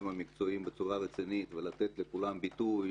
המקצועיים בצורה רצינית ולתת לכולם ביטוי,